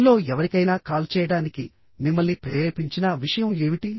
ఫోన్లో ఎవరికైనా కాల్ చేయడానికి మిమ్మల్ని ప్రేరేపించినా విషయం ఏమిటి